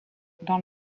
dans